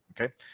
okay